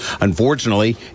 Unfortunately